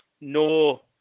No